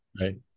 Right